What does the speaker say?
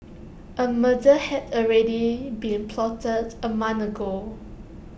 A murder had already been plotted A month ago